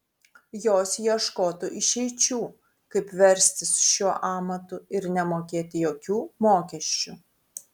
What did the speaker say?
jos ieškotų išeičių kaip verstis šiuo amatu ir nemokėti jokių mokesčių